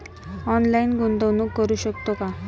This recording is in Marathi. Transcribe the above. ऑनलाइन गुंतवणूक करू शकतो का?